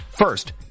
First